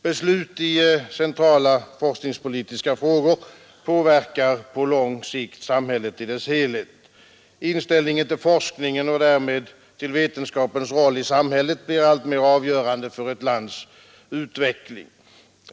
Beslut i centrala forskningspolitiska frågor påverkar på lång sikt samhället i dess helhet. Inställningen till forskningen och därmed till vetenskapens roll i samhället blir alltmer avgörande för ett lands utveckling.